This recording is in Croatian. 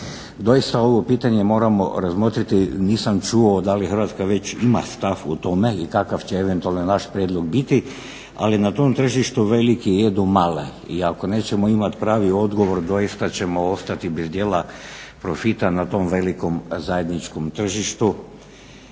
Doista ovo pitanje moramo razmotriti, nisam čuo da li Hrvatska već ima stav o tome i kakav će eventualno naš prijedlog biti, ali na tom tržištu veliki jedu male i ako nećemo imat pravi odgovor doista ćemo ostati bez dijela profita na tom velikom zajedničkom tržištu.